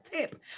tip